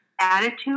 attitude